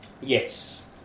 Yes